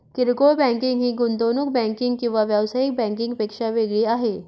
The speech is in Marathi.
किरकोळ बँकिंग ही गुंतवणूक बँकिंग किंवा व्यावसायिक बँकिंग पेक्षा वेगळी आहे